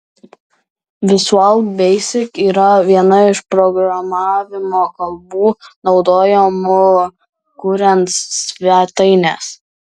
visual basic yra viena iš programavimo kalbų naudojamų kuriant svetaines